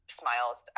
smiles